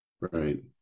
Right